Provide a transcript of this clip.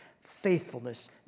faithfulness